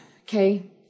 okay